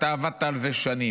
אתה עבדת על זה שנים.